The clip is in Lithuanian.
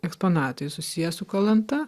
eksponatai susiję su kalanta